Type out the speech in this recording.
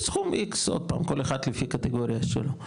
זה סכום X. עוד פעם, כל אחד לפי הקטגוריה שלו.